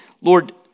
Lord